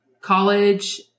college